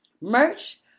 Merch